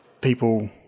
people